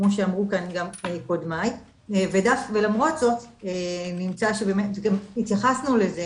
כמו שאמרו כאן גם קודמיי ולמרות זאת נמצא שבאמת התייחסנו לזה